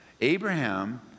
Abraham